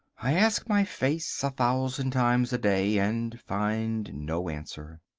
i ask my face a thousand times a day and find no answer.